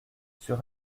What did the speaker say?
sur